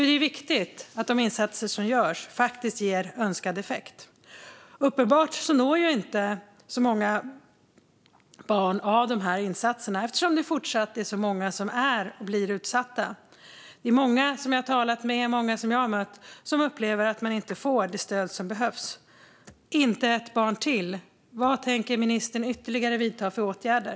Det är viktigt att de insatser som görs faktiskt ger önskad effekt. Uppenbart nås inte så många barn av insatserna eftersom det fortfarande är så många som är och blir utsatta. Många som jag mött och talat med upplever att man inte får det stöd som behövs. Inte ett barn till! Vad tänker ministern vidta för ytterligare åtgärder?